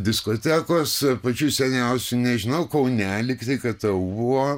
diskotekos pačių seniausių nežinau kaune lyg tai ktu buvo